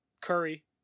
Curry